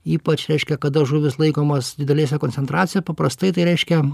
ypač reiškia kada žuvys laikomos didelėse koncentracija paprastai tai reiškia